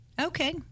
okay